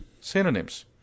Synonyms